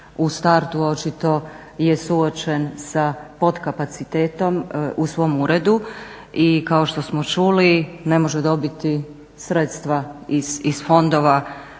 u startu je očito se suočen sa potkapacitetom u svom uredu i kao što smo čuli ne može dobiti sredstva iz fondova.